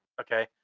okay